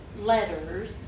letters